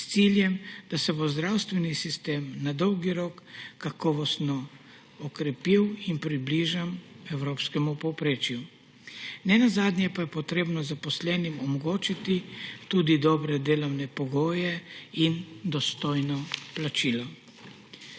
s ciljem, da se bo zdravstveni sistem na dolgi rok kakovostno okrepil in približal evropskemu povprečju. Nenazadnje pa je potrebno zaposlenim omogočiti tudi dobre delovne pogoje in dostojno plačilo.